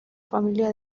familia